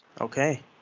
Okay